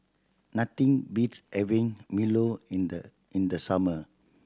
nothing beats having milo in the in the summer